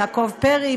יעקב פרי,